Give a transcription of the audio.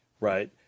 right